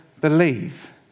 believe